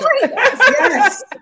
Yes